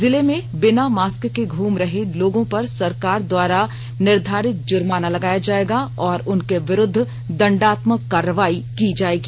जिला में बिना मास्क के घूम रहे लोगों पर सरकार द्वारा निर्धारित जुर्माना लगाया जायेगा और उनके विरुद्व दण्डात्मक कार्रवाई की जायेगी